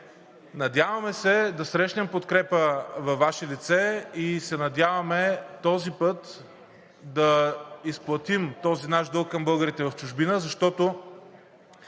Надяваме се да срещнем подкрепа във Ваше лице и се надяваме този път да изплатим този наш дълг към българите в чужбина, защото